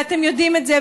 ואתם יודעים את זה.